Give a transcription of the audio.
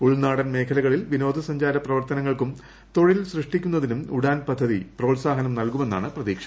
ഉൾനാടൻ മേഖലകളിൽ വിനോദസഞ്ചാര പ്രവർത്തനങ്ങൾക്കും തൊഴിൽ സൃഷ്ടിക്കുന്നതിനും ഉഡാൻ പദ്ധതി പ്രോത്സാഹനം നൽകുമെന്നാണ് പ്രതീക്ഷ